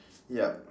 yup